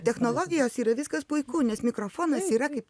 technologijos yra viskas puiku nes mikrofonas yra kaip